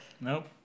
Nope